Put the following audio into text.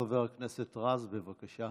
חבר הכנסת רז, בבקשה.